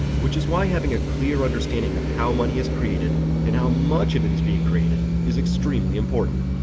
which is why having a clear understanding of how money is created and how much of it is being created is extremely important.